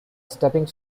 stepping